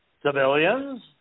Civilians